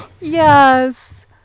yes